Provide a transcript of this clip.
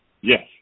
Yes